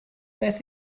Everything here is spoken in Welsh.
beth